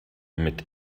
mit